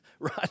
Right